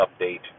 update